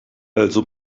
also